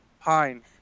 Pine